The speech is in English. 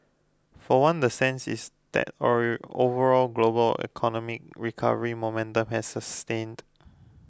for one the sense is that overall global economic recovery momentum has sustained